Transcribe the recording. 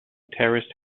terraced